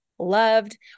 loved